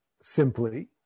simply